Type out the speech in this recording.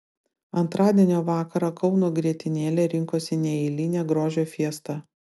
antradienio vakarą kauno grietinėlė rinkosi į neeilinę grožio fiestą